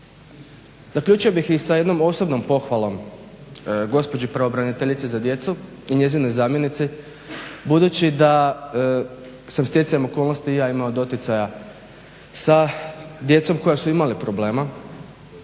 zaključio bih i sa jednom osobnom pohvalom gospođi pravobraniteljici za djecu i njezinoj zamjenici budući da sam stjecajem okolnosti i ja imao doticaja sa djecom koja su imala problema.